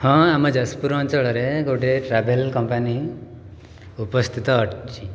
ହଁ ଆମ ଯାଜପୁର ଅଞ୍ଚଳରେ ଗୋଟେ ଟ୍ରାଭେଲ୍ କମ୍ପାନୀ ଉପସ୍ଥିତ ଅଛି